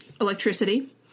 electricity